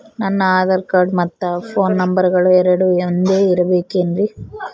ನನ್ನ ಆಧಾರ್ ಕಾರ್ಡ್ ಮತ್ತ ಪೋನ್ ನಂಬರಗಳು ಎರಡು ಒಂದೆ ಇರಬೇಕಿನ್ರಿ?